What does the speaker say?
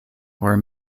were